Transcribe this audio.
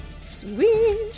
Sweet